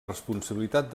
responsabilitat